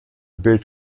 bild